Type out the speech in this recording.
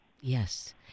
Yes